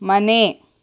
ಮನೆ